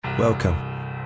Welcome